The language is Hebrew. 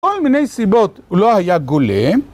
כל מיני סיבות הוא לא היה גולה.